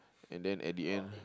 and then at the end